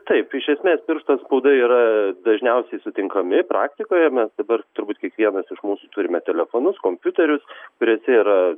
taip tai iš esmės pirštų atspaudai yra dažniausiai sutinkami praktikoje mes dabar turbūt kiekvienas iš mūsų turime telefonus kompiuterius kuriuose yra